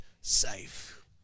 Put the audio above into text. safe